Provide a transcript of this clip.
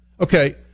Okay